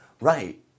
right